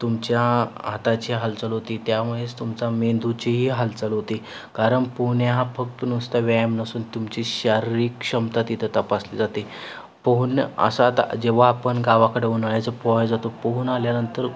तुमच्या हाताची हालचाल होते त्यामुळेच तुमचा मेंदूचीही हालचाल होती कारण पोहणे हा फक्त नुसता व्यायाम नसून तुमची शारीरिक क्षमता तिथे तपासली जाते पोहन् असा आता जेव्हा आपण गावाकडे उन्हाळ्याचं पोहायला जातो पोहून आल्यानंतर